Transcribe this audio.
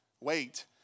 Wait